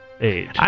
age